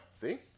See